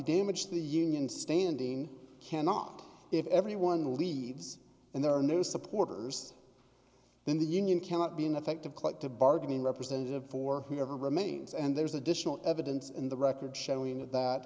damage the union standing cannot if everyone leaves and there are no supporters then the union cannot be in effect of collective bargaining representative for whomever remains and there's additional evidence in the record showing that